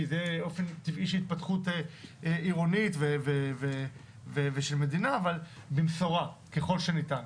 כי זה אופן טבעי של התפתחות עירונית ושל מדינה אבל במשורה ככל שניתן.